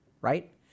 Right